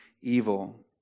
evil